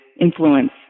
influence